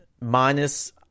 minus